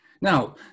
Now